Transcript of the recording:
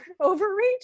overreach